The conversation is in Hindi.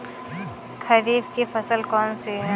खरीफ की फसल कौन सी है?